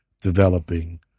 developing